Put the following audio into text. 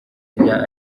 rya